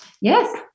Yes